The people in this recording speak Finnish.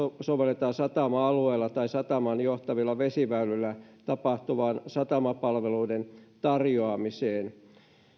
sovelletaan satama alueilla tai satamaan johtavilla vesiväylillä tapahtuvaan satamapalveluiden tarjoamiseen